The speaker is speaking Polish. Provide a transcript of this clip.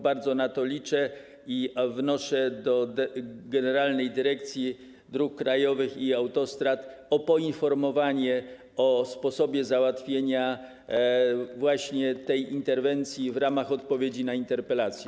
Bardzo na to liczę i wnoszę do Generalnej Dyrekcji Dróg Krajowych i Autostrad o poinformowanie o sposobie załatwienia tej interwencji w ramach odpowiedzi na interpelację.